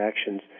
actions